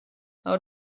out